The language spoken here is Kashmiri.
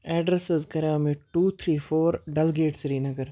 ایڈرَس حظ کَریاو مےٚ ٹوٗ تھری فور ڈلگیٹ سری نگر